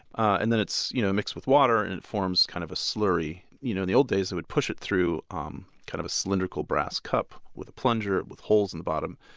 and then it's you know mixed with water and it forms kind of a slurry. you know in the old days they would push it through um kind of a cylindrical brass cup with a plunger with holes in the bottom,